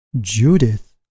Judith